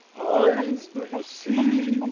eyes, do you see?